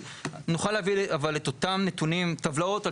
אבל נוכל להביא את אותם נתונים עם טבלאות על